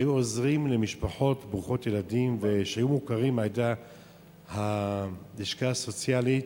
והיו עוזרים למשפחות ברוכות ילדים שהיו מוכרות על-ידי הלשכה הסוציאלית,